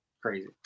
crazy